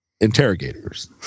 interrogators